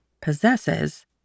possesses